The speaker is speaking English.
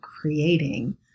creating